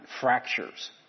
fractures